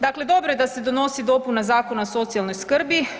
Dakle, dobro je da se donosi dopuna Zakona o socijalnoj skrbi.